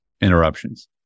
interruptions